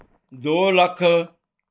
ਦੋ ਲੱਖ